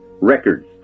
records